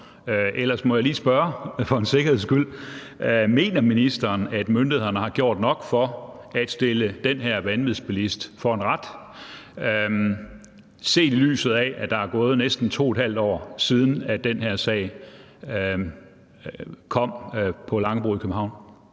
ellers må jeg lige spørge for en sikkerheds skyld: Mener ministeren, at myndighederne har gjort nok for at stille den her vanvidsbilist for en ret, set i lyset af at der er gået næsten 2½ år, siden den her sag opstod på Langebro i København?